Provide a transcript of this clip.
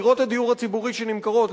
דירות הדיור הציבורי שנמכרות,